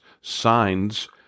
signs